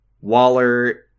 Waller